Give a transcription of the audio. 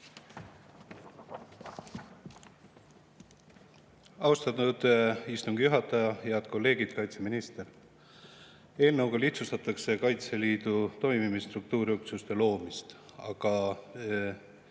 Austatud istungi juhataja! Head kolleegid, kaitseminister! Eelnõuga lihtsustatakse Kaitseliidu toimimist, struktuuriüksuste loomist. Tahan